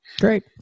Great